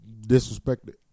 disrespected